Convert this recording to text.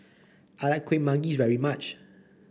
I like Kueh Manggis very much